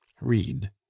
read